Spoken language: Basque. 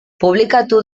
publikatu